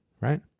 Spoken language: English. right